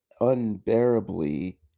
unbearably